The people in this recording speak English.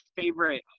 favorite